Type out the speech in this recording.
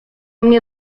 mnie